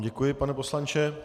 Děkuji vám, pane poslanče.